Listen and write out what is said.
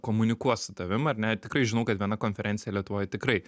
komunikuos su tavim ar ne tikrai žinau kad viena konferencija lietuvoj tikrai